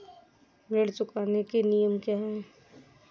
ऋण चुकाने के नियम क्या हैं?